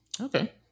Okay